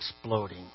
exploding